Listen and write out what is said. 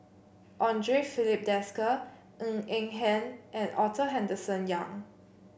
Andre Filipe Desker Ng Eng Hen and Arthur Henderson Young